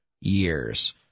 years